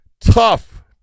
Tough